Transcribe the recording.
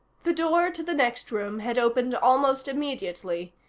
the door to the next room had opened almost immediately,